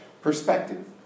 perspective